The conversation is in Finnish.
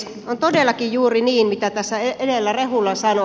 on todellakin juuri niin kuten tässä edellä rehula sanoi